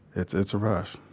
it's it's a rush